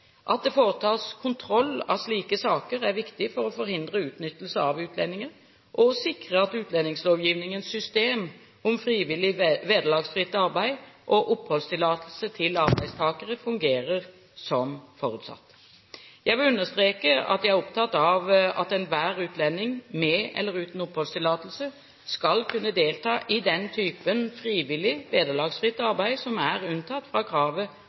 At det foretas kontroll av slike saker, er viktig for å forhindre utnyttelse av utlendinger, og for å sikre at utlendingslovgivningens system om frivillig, vederlagsfritt arbeid og oppholdstillatelse til arbeidstakere fungerer som forutsatt. Jeg vil understreke at jeg er opptatt av at enhver utlending, med eller uten oppholdstillatelse, skal kunne delta i den typen frivillig, vederlagsfritt arbeid som er unntatt fra kravet